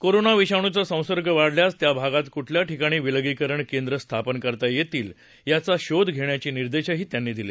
corona विषाणूचा संसर्ग वाढल्यास त्या भागात कुठल्या ठिकाणी विलगीकरण केंद्रं स्थापन करता येतील याचा शोध घेण्याचे निर्देशही त्यांनी दिले